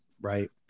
Right